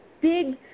big